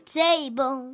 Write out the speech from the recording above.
table